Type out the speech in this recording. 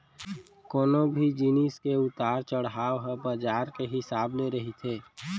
कोनो भी जिनिस के उतार चड़हाव ह बजार के हिसाब ले रहिथे